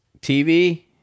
tv